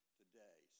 today